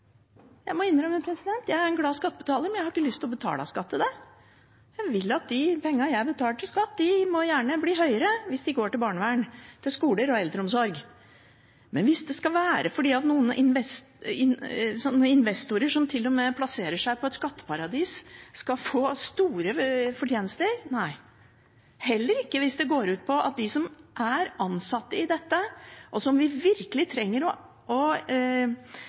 Jeg må innrømme at jeg er en glad skattebetaler, men jeg har ikke lyst til å betale skatt til det. Jeg betaler gjerne mer i skatt hvis pengene går til barnevern, skoler og eldreomsorg, men hvis det skal være for at noen investorer, som til og med plasserer seg i et skatteparadis, skal få store fortjenester, sier jeg nei – og heller ikke hvis de som er ansatt, og som vi virkelig trenger å rekruttere mange flere av framover, skal få dårligere lønns- og